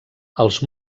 els